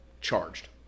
charged